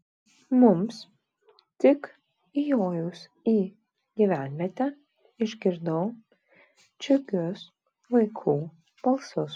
mums tik įjojus į gyvenvietę išgirdau džiugius vaikų balsus